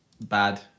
bad